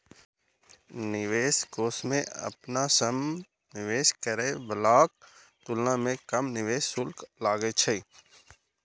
निवेश कोष मे अपना सं निवेश करै बलाक तुलना मे कम निवेश शुल्क लागै छै